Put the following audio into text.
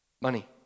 Money